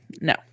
no